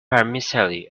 vermicelli